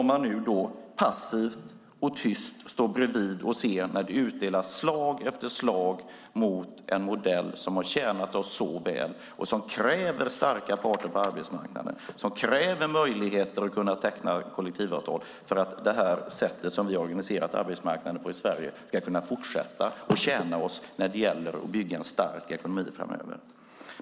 Men nu står man passivt och tyst bredvid och ser när det utdelas slag efter slag mot en modell som har tjänat oss så väl och som kräver starka parter på arbetsmarknaden och kräver möjligheter att teckna kollektivavtal för att det sätt som vi har organiserat arbetsmarknaden på i Sverige ska kunna fortsätta att tjäna oss när det gäller att bygga en stark ekonomi framöver.